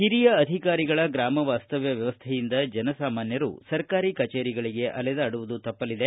ಹಿರಿಯ ಅಧಿಕಾರಿಗಳ ಗ್ರಾಮ ವಾಸ್ತವ್ಯ ವ್ಯವಸ್ಥೆಯಿಂದ ಜನ ಸಾಮಾನ್ಯರು ಸರ್ಕಾರಿ ಕಚೇರಿಗಳಿಗೆ ಅಲೆದಾಡುವುದು ತಪ್ಪಲಿದೆ